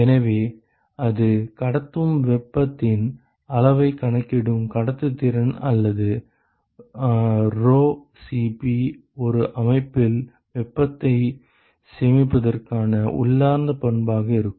எனவே அது கடத்தும் வெப்பத்தின் அளவைக் கணக்கிடும் கடத்துத்திறன் அல்லது Rho Cp ஒரு அமைப்பில் வெப்பத்தை சேமிப்பதற்கான உள்ளார்ந்த பண்பாக இருக்கும்